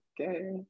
Okay